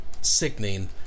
sickening